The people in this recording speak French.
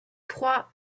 trois